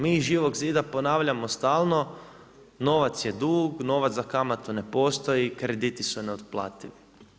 Mi iz Živog zida ponavljamo stalno, novac je dug, novac za kamatu ne postoji, krediti su neotplativi.